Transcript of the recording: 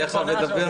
אני עכשיו אדבר?